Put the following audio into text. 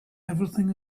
everything